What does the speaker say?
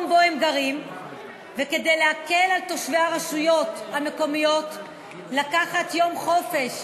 שבו הם גרים וכדי להקל על תושבי הרשויות המקומיות לקחת יום חופש